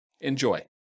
Enjoy